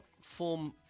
form